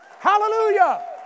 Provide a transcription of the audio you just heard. Hallelujah